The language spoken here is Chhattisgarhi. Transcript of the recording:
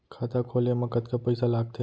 खाता खोले मा कतका पइसा लागथे?